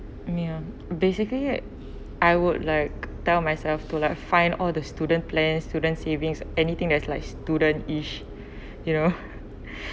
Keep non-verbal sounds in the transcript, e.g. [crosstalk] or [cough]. ya basically I would like tell myself to like find all the student plan student savings anything that is like student each you know [laughs]